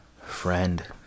friend